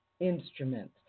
instruments